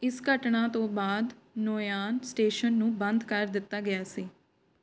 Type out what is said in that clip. ਇਸ ਘਟਨਾ ਤੋਂ ਬਾਅਦ ਨੋਇਆਨ ਸਟੇਸ਼ਨ ਨੂੰ ਬੰਦ ਕਰ ਦਿੱਤਾ ਗਿਆ ਸੀ